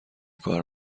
کار